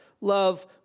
love